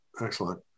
excellent